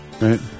right